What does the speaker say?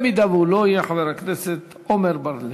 אם הוא לא יעלה, חבר הכנסת עמר בר-לב.